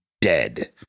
dead